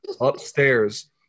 upstairs